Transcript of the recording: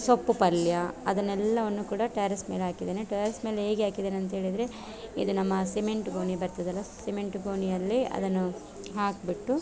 ಸೊಪ್ಪು ಪಲ್ಯ ಅದನೆಲ್ಲವನ್ನು ಕೂಡ ಟ್ಯಾರಿಸ್ ಮೇಲೆ ಹಾಕಿದ್ದೇನೆ ಟ್ಯಾರಿಸ್ ಮೇಲೆ ಹೇಗೆ ಹಾಕಿದ್ದೇನೆ ಅಂತ್ಹೇಳಿದ್ರೆ ಇದು ನಮ್ಮ ಸಿಮೆಂಟ್ ಗೋಣಿ ಬರ್ತದಲ್ಲ ಸಿಮೆಂಟ್ ಗೋಣಿಯಲ್ಲಿ ಅದನ್ನು ಹಾಕಿಬಿಟ್ಟು